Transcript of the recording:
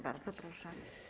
Bardzo proszę.